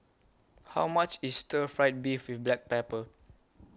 How much IS Stir Fried Beef with Black Pepper